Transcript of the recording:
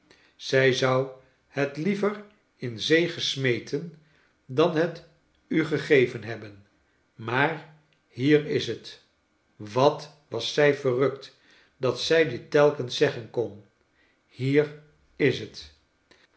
zij zou het liever in zee gesmeten dan het u gegeven hebben maar hier is het i wat was zij verrukt dat zij dit telkens zeggen kon hier is het